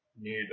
need